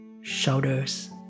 shoulders